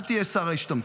אל תהיה שר ההשתמטות.